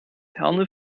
herne